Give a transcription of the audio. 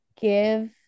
give